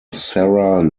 sarah